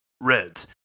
Reds